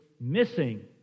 missing